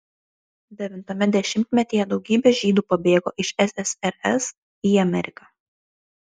devintame dešimtmetyje daugybė žydų pabėgo iš ssrs į ameriką